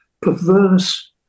perverse